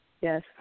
Yes